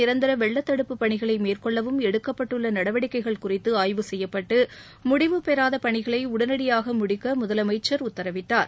நிரந்தர வெள்ளத் தடுப்பு பணிகளை மேற்கொள்ளவும் எடுக்கப்பட்டுள்ள நடவடிக்கைகள் குறித்து ஆய்வு செய்யப்பட்டு முடிவு பெறாத பணிகளை உடனடியாக முடிக்க முதலமைச்சர் உத்தரவிட்டார்